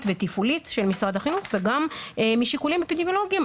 ותפעולים של משרד החינוך וגם משיקולים אפידמיולוגים,